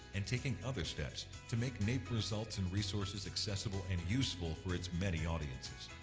and taking other steps to make naep results and resources accessible and useful for its many audiences.